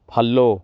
follow